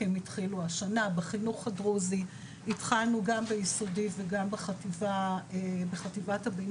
כי הם התחילו השנה בחינוך הדרוזי התחלנו גם ביסודי וגם בחטיבת הביניים.